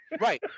Right